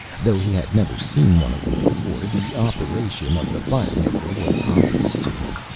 though he had never seen one of them before, the operation of the firemaker was obvious to him.